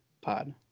pod